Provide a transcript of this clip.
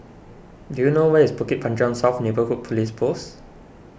do you know where is Bukit Panjang South Neighbourhood Police Post